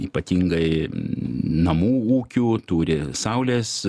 ypatingai namų ūkių turi saulės